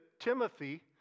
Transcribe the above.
Timothy